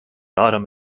autumn